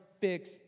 fix